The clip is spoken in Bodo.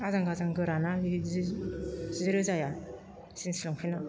आजां गाजां गोराना बि जि रोजाया जिन्स लंपेना